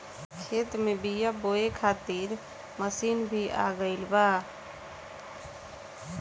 खेत में बीआ बोए खातिर मशीन भी आ गईल बा